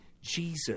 Jesus